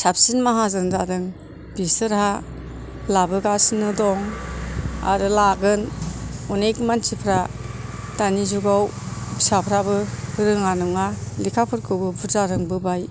साबसिन माहाजोन जादों बिसोरहा लाबोगासिनो दं आरो लागोन अनेख मानसिफ्रा दानि जुगाव फिसाफ्राबो रोङा नङा लेखा फोरखौबो बुरजा रोंबोबाय